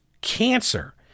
cancer